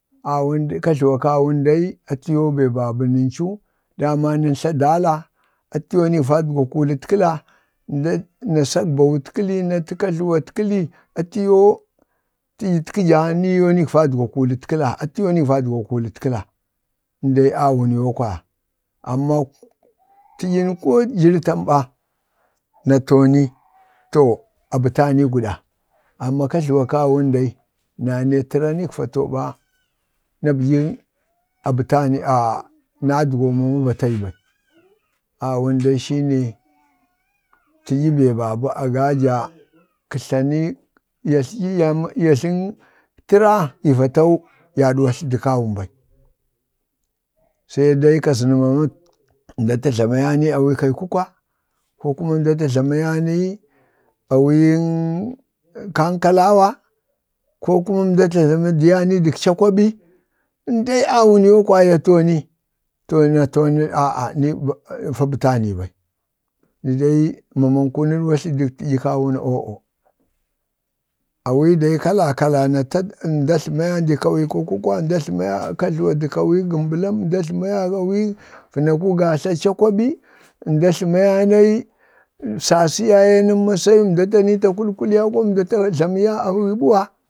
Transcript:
kajluwak kawun dai atiyoo be babə nən cu, dama nən tla dala, atiyo nii vadgwa kulit-kəla nda asak bawut-kəli, tata kajlu wat-kəli, atiyoo ni vadgwa kulit kala, atiyoo ni vadgwa kulit-kala, atiyoo ni vadgwa kulit-kəla in dee awun yoo kwaya taɗyi ni ko jari tamɓa na too ni o abətanii gwɗa, amma kajluwak kawun dal, nanee təra ni gvatoo ɓa, na bəɗyin a nadgwang batayə ɓai. awun dai shi ne taɗya bee ba bə agaja kə tla ni ya tlaɗyi ya tlaɗyi ya nee təra, yaɗwajln dək-kawun ɓal, se dai kazənə mama nda tə jlamayani awik-kai kukwa, ko kuma mda ta jlamaya nii awiŋ kaŋ kalawa, ko kuma mda ta jlamiya ni dək cakwaɓi əndee awun yookwa ya too ni, to ni, to ni a'a va bətani ɓai nii dai mama nku məɗwatln dək tadyak-kawun o'o. awii dai kala kala, na tad, nda ajləmeya ni kawi kaikukwa, nda jləmaya ni kajluwa də awikgəmblam, nda jləmayani awiik vənaku gatla kak cakwaɓi nda. jləmaya nai sasi ya ye nda ɗadmon nda ta kulkuli ya nai, nda ta jlamiyeni awii ɓuwa,